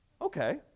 okay